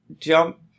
Jump